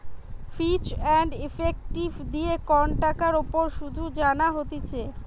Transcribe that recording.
ফিচ and effective দিয়ে কন টাকার উপর শুধ জানা হতিছে